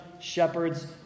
shepherds